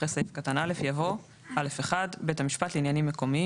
אחרי סעיף קטן (א) יבוא: "(א1)בית משפט לעניינים מקומיים